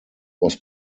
was